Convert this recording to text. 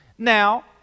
Now